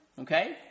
okay